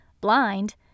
blind